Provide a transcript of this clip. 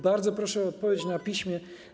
Bardzo proszę o odpowiedź na piśmie.